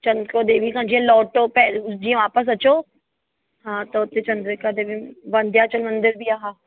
चंद्रिका देवी खां जीअं लौटो पे जीअं वापसि अचो हा त हुते चंद्रिका देवी वंध्याचल मंदरु बि आहे हा